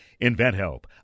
InventHelp